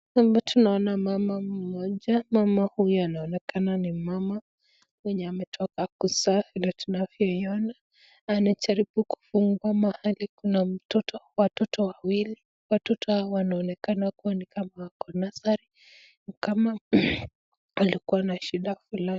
Hapa tunaona mama mmoja, mama huyu anaonekana ni mama mwenye ametoka kuzaa vile tunavyoina, na anajaribu kufungwa mahali kuna mtoto, watoto wawili, watoto hawa wanaonekana kuwa ni kama wako na nursery ni kama alikuwa na shida fulani.